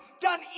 done